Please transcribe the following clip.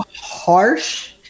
harsh